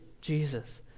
Jesus